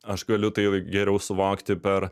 aš galiu tai geriau suvokti per